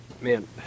man